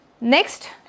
Next